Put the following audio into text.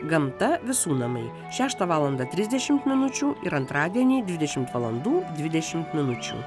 gamta visų namai šeštą valandą trisdešimt minučių ir antradienį dvidešimt valandų dvidešimt minučių